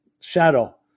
shadow